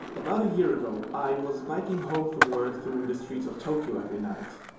about a year ago, i was biking home from work through the streets of tokyo every night.